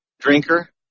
drinker